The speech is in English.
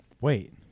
Wait